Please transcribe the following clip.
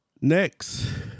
Next